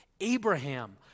Abraham